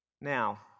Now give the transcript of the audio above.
Now